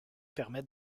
permet